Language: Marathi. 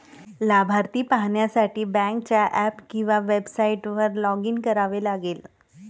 लाभार्थी पाहण्यासाठी बँकेच्या ऍप किंवा वेबसाइटवर लॉग इन करावे लागेल